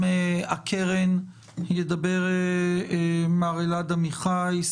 אנחנו נבקש מאלעד עמיחי,